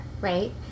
right